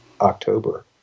October